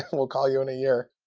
and we'll call you in a year.